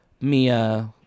Mia